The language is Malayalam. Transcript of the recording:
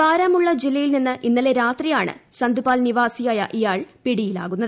ബരാമുള്ള ്ജില്ലയിൽ നിന്ന് ഇന്നലെ രാത്രിയാണ് സന്ദ്പാൽ നിവാസിയായ ഇയാൾ പിടിയിലാകുന്നത്